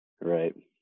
Right